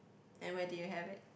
and where did you have it